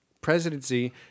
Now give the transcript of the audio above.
presidency